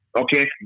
okay